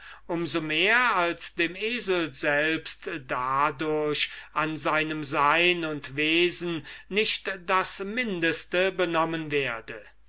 so mehr als dem esel selbst dadurch an seinem sein und wesen nicht das mindeste benommen werde